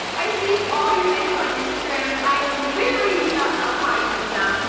i see all your edits on instagram and i literally do not know how you do them,